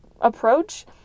approach